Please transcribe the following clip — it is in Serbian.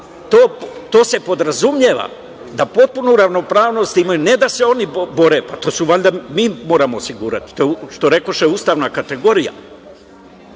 To se podrazumeva da potpuno ravnopravnost imaju, ne da se oni bore. To valjda mi moramo osigurati. Što rekoše ustavna kategorija.